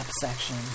section